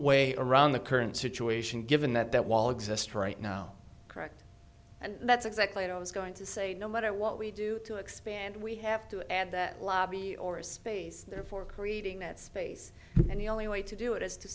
way around the current situation given that that wall exists right now correct and that's exactly what i was going to say no matter what we do to expand we have to add that lobby or a space there for creating that space and the only way to do it is to